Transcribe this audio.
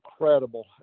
incredible